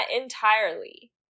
entirely